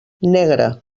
negre